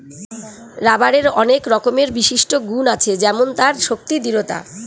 রাবারের অনেক রকমের বিশিষ্ট গুন্ আছে যেমন তার শক্তি, দৃঢ়তা